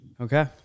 Okay